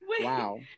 wow